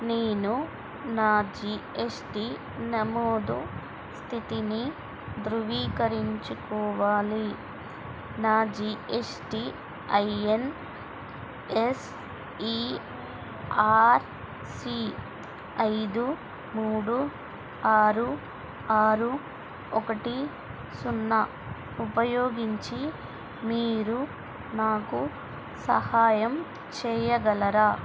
నేను నా G S T నమోదు స్థితిని ధృవీకరించుకోవాలి నా G S T I N S E R C ఐదు మూడు ఆరు ఆరు ఒకటి సున్నా ఉపయోగించి మీరు నాకు సహాయం చెయ్యగలరా